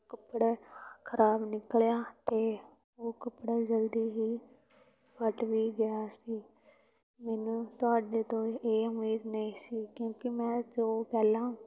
ਕੱਪੜਾ ਖਰਾਬ ਨਿਕਲਿਆ ਅਤੇ ਉਹ ਕੱਪੜਾ ਜਲਦੀ ਹੀ ਫੱਟ ਵੀ ਗਿਆ ਸੀ ਮੈਨੂੰ ਤੁਹਾਡੇ ਤੋਂ ਇਹ ਉਮੀਦ ਨਹੀਂ ਸੀ ਕਿਉਂਕਿ ਮੈਂ ਜੋ ਪਹਿਲਾਂ